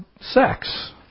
sex